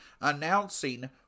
announcing